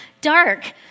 dark